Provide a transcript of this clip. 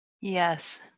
Yes